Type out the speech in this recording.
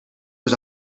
was